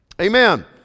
Amen